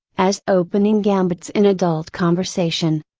as opening gambits in adult conversation.